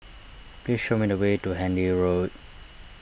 please show me the way to Handy Road